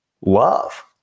love